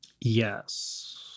Yes